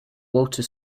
walter